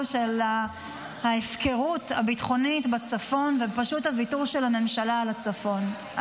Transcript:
של ההפקרות הביטחונית בצפון ופשוט הוויתור של הממשלה על הצפון.